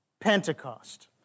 Pentecost